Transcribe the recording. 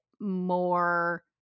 more